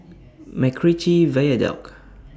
Macritchie Viaduct